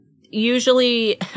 usually